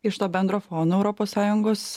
iš to bendro fono europos sąjungos